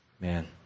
man